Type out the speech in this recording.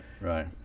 right